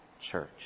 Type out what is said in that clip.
church